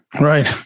Right